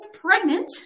pregnant